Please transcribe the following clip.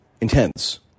intense